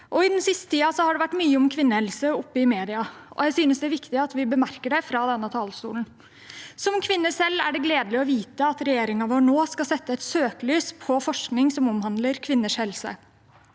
I den siste tiden har det vært mye om kvinnehelse oppe i media, og jeg synes det er viktig at vi bemerker det fra denne talerstolen. Som kvinne selv synes jeg det er gledelig å vite at regjeringen vår nå skal sette søkelyset på forskning som omhandler kvinners helse.